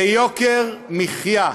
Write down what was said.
זה יוקר מחיה.